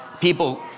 People